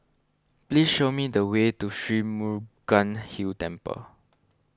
please show me the way to Sri Murugan Hill Temple